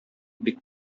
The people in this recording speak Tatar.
бик